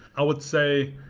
i would say,